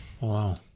Wow